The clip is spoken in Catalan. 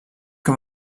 que